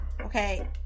Okay